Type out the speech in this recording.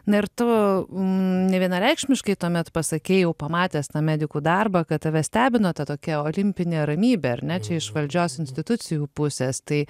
na ir tu nevienareikšmiškai tuomet pasakei jau pamatęs medikų darbą kad tave stebino ta tokia olimpinė ramybė ar ne čia iš valdžios institucijų pusės tai